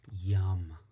Yum